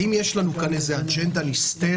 האם יש לנו אג'נדה נסתרת?